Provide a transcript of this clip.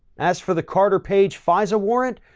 as for the carter page fisa warrant,